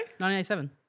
1987